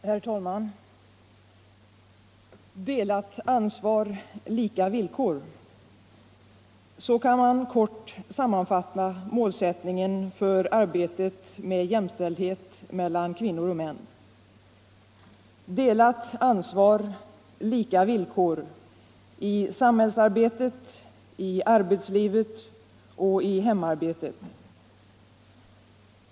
Herr talman! Delat ansvar — lika villkor. Så kan man kort sammanfatta målsättningen för arbetet med jämställdhet mellan kvinnor och män. Delat ansvar — lika villkor i samhällsarbetet, i arbetslivet och i hemarbetet.